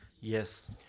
Yes